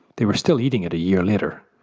they were still eating it a year later,